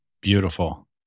Beautiful